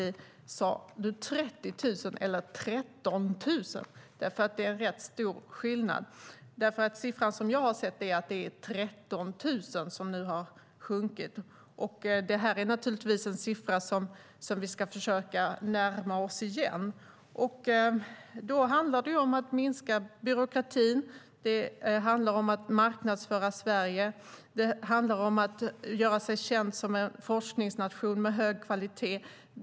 Sade du 30 000 eller 13 000? Det är en rätt stor skillnad. Den siffra som jag har sett är att antalet har sjunkit med 13 000. Det är naturligtvis en siffra som vi ska försöka vända upp igen. Då handlar det ju om att minska byråkratin. Det handlar om att marknadsföra Sverige. Det handlar om att göra sig känd som en forskningsnation med hög kvalitet.